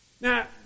Now